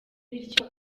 bityo